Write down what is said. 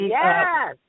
yes